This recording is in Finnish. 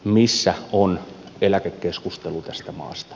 missä on eläkekeskustelu tässä maassa